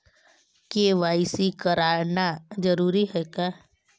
KYC कराना जरूरी है का?